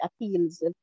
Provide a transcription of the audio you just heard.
appeals